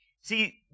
See